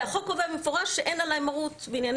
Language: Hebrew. והחוק קובע במפורש שאין עלי מרות בענייני